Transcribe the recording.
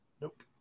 Nope